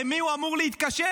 למי הוא אמור להתקשר?